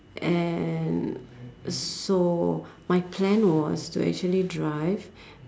and so my plan was to actually drive